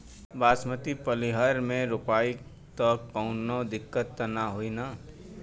बासमती पलिहर में रोपाई त कवनो दिक्कत ना होई न?